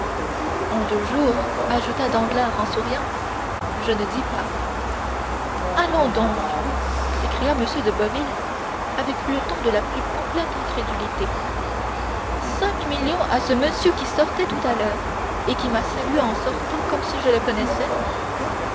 en deux jours ajouta danglars en souriant je ne dis pas allons donc s'écria m de boville avec le ton de la plus complète incrédulité cinq millions à ce monsieur qui sortait tout à l'heure et qui m'a salué en sortant comme si je le connaissais